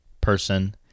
person